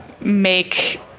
make